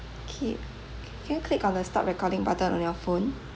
K can you click on the stop recording button on your phone